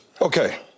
Okay